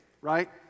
right